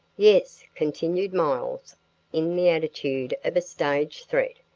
yes, continued miles in the attitude of a stage threat,